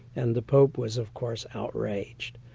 and the pope was of course outraged.